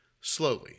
slowly